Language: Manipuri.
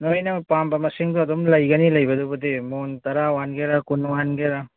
ꯅꯣꯏꯅ ꯄꯥꯝꯕ ꯃꯁꯤꯡꯗꯣ ꯑꯗꯨꯝ ꯂꯩꯒꯅꯤ ꯂꯩꯕꯗꯨꯕꯨꯗꯤ ꯃꯣꯟ ꯇꯔꯥ ꯋꯥꯟꯒꯦꯔ ꯀꯨꯟ ꯋꯥꯟꯒꯦꯔ